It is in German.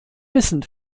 wissen